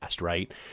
right